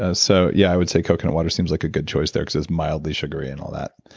ah so, yeah i would say coconut water seems like a good choice there cause it's mildly sugary and all that.